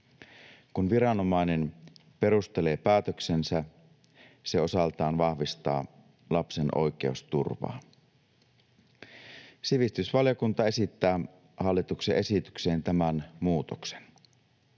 Kun viranomainen perustelee päätöksensä, se osaltaan vahvistaa lapsen oikeusturvaa. Sivistysvaliokunta esittää hallituksen esitykseen tämän muutoksen.